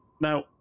Now